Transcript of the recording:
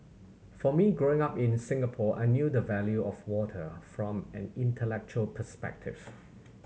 for me growing up in Singapore I knew the value of water from an intellectual perspectives